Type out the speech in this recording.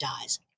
dies